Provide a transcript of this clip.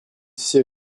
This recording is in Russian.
все